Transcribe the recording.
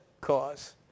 cause